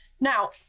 Now